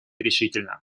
решительно